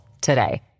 today